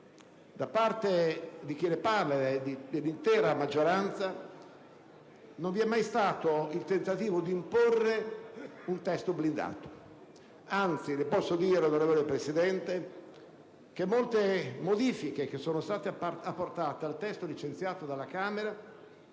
Da parte di chi le parla e dell'intera maggioranza non vi è mai stato il tentativo di imporre un testo blindato: anzi, le posso dire, signor Presidente, che molte modifiche che sono state apportate al testo licenziato dalla Camera